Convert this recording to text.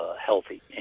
healthy